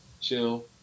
chill